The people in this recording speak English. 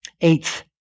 Eighth